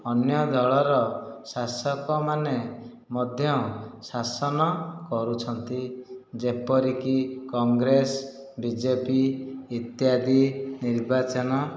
ଅନ୍ୟ ଦଳର ଶାସକମାନେ ମଧ୍ୟ ଶାସନ କରୁଛନ୍ତି ଯେପରିକି କଂଗ୍ରେସ ବିଜେପି ଇତ୍ୟାଦି ନିର୍ବାଚନ